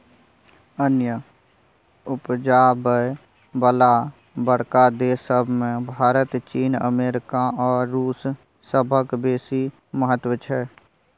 अन्न उपजाबय बला बड़का देस सब मे भारत, चीन, अमेरिका आ रूस सभक बेसी महत्व छै